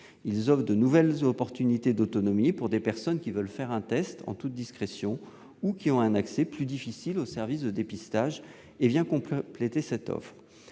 Ils offrent de nouvelles opportunités d'autonomie pour des personnes qui veulent faire un test en toute discrétion ou qui ont un accès plus difficile aux services de dépistage et viennent compléter l'offre